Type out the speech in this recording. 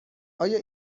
آیا